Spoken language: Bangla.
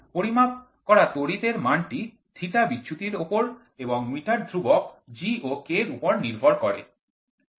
পরিমাপ করা তড়িৎ এর মানটি থিটা বিচ্যুতির ওপর এবং মিটার ধ্রুবক G ও K এর উপর নির্ভর করে